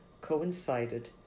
coincided